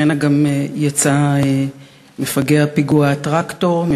ממנה גם יצא מפגע פיגוע הטרקטור,